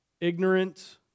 ignorant